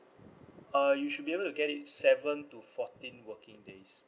uh you should be able to get it seven to fourteen working days